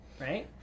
right